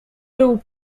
był